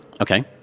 Okay